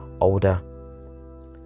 older